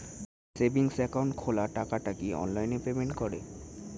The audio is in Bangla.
সেভিংস একাউন্ট খোলা টাকাটা কি অনলাইনে পেমেন্ট করে?